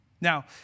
Now